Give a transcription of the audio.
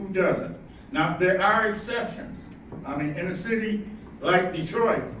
doesn't. now there are exceptions. i mean, in a city like detroit,